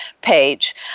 page